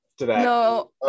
no